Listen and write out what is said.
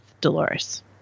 Dolores